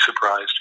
surprised